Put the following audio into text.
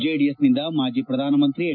ಜೆಡಿಎಸ್ನಿಂದ ಮಾಜಿ ಪ್ರಧಾನಮಂತ್ರಿ ಎಚ್